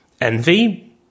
Envy